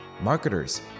marketers